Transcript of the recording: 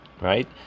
Right